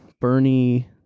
bernie